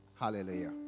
Hallelujah